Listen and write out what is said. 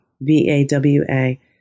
V-A-W-A